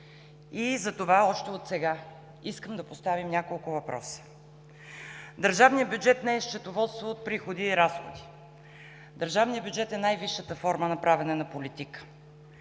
затова още от сега искам да поставим няколко въпроса. Държавният бюджет не е счетоводство от приходи и разходи. Държавният бюджет е най-висша форма на правене на политика.